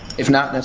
if not, that's